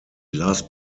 last